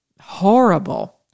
Horrible